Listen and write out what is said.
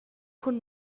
cun